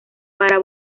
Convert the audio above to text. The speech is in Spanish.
para